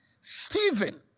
Stephen